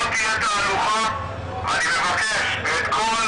הפגנות תכופות רבות משתתפים שדורשות מאתנו